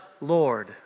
Lord